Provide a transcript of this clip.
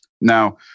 Now